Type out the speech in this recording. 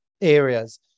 areas